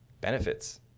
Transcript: benefits